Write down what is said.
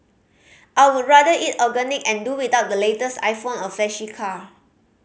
I would rather eat organic and do without the latest iPhone or flashy car